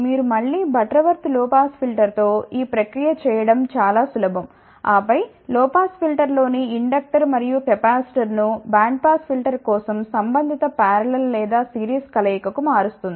మీరు మళ్లీ బటర్వర్త్ లో పాస్ ఫిల్టర్తో ఈ ప్రక్రియ చేయడం చాలా సులభం ఆపై లో పాస్ ఫిల్టర్లోని ఇండక్టర్ మరియు కెపాసిటర్ను బ్యాండ్ పాస్ ఫిల్టర్ కోసం సంబంధిత పారలల్ లేదా సిరీస్ కలయికకు మారుస్తుంది